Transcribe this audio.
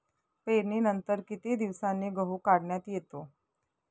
पेरणीनंतर किती दिवसांनी गहू काढण्यात येतो?